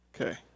Okay